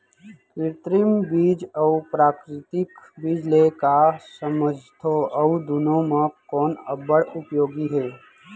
कृत्रिम बीज अऊ प्राकृतिक बीज ले का समझथो अऊ दुनो म कोन अब्बड़ उपयोगी हे?